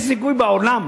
אין סיכוי בעולם.